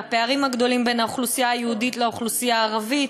והפערים הגדולים בין האוכלוסייה היהודית לאוכלוסייה הערבית,